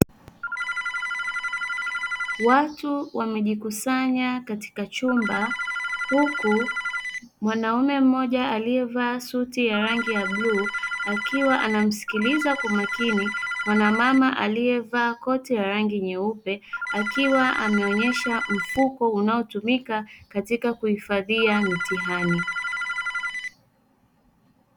Watu wamejikusanya katika chumba huku mwanaume mmoja aliyevaa suti ya rangi ya bluu, akiwa anamsikiliza kwa makini mwanamama aliyevaa koti ya rangi nyeupe akiwa ameonyesha mfuko unaotumika katika kuhifadhia mitihani.